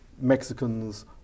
Mexicans